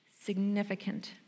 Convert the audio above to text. significant